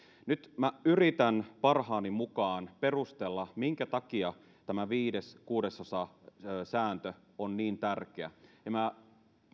nyt minä yritän parhaani mukaan perustella minkä takia tämä viiden kuudesosan sääntö on niin tärkeä ja minä